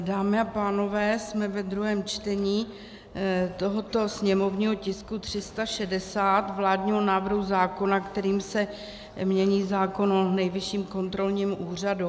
Dámy a pánové, jsme ve druhém čtení tohoto sněmovního tisku 360, vládního návrhu zákona, kterým se mění zákon o Nejvyšším kontrolním úřadu.